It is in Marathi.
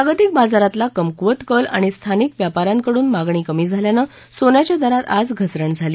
जागतिक बाजारातला कमकुवत कल आणि स्थानिक व्यापा यांकडून मागणी कमी झाल्यानं सोन्याच्या दरात आज घसरण झाली